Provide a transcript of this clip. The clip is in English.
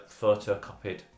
photocopied